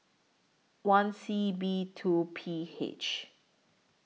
one C B two P H